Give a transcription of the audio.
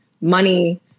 money